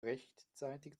rechtzeitig